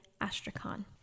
astrakhan